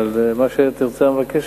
אבל מה שתרצה המבקשת.